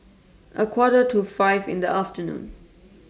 A Quarter to five in The afternoon